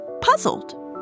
puzzled